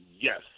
yes